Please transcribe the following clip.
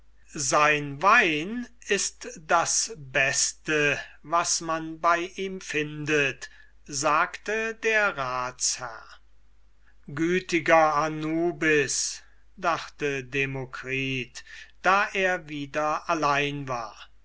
sein wein ist das beste was man bei ihm findet sagte der ratsherr gütiger anubis dachte demokritus da er wieder allein war